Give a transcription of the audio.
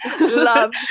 Love